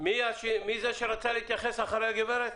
מי זה שרצה להתייחס אחרי הגברת?